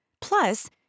Plus